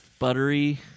Buttery